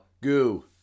Goo